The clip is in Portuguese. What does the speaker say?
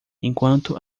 enquanto